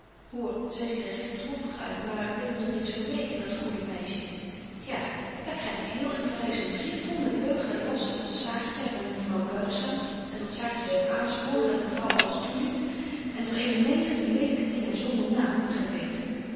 zy ziet er regt droevig uit maar wil het nog zo niet weten dat goede meisje ja daar kryg ik heel in parys een brief vol met leugen en laster van saartje en van mevrouw buigzaam en dat saartje zo aansprong en dat mevrouw alles toeliet en nog eene menigte lelyke dingen zonder naam moet gy weten